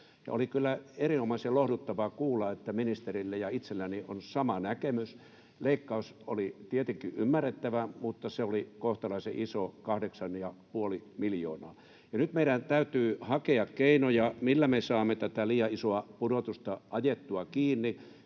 Oli kyllä erinomaisen lohduttavaa kuulla, että ministerillä ja itselläni on sama näkemys. Leikkaus oli tietenkin ymmärrettävä, mutta se oli kohtalaisen iso, kahdeksan ja puoli miljoonaa. Nyt meidän täytyy hakea keinoja, millä me saamme tätä liian isoa pudotusta ajettua kiinni,